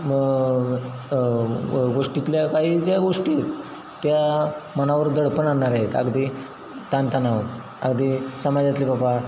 मग गोष्टीतल्या काही ज्या गोष्टी आहेत त्या मनावर दडपण आणणाऱ्या आहेत अगदी ताणतणाव अगदी समाजातले बाबा